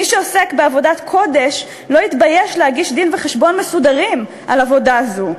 מי שעוסק בעבודת קודש לא יתבייש להגיש דין-וחשבון מסודר על עבודה זו.